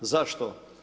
Zašto?